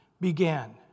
began